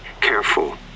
careful